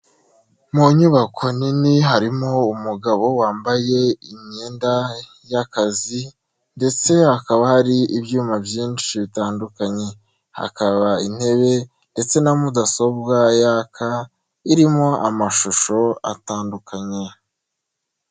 Mu nyubako nini harimo umugabo wambaye imyenda y'akazi ndetse hakaba hari ibyuma byinshi bitandukanye, hakaba intebe ndetse na mudasobwa yaka irimo amashusho atandukanye.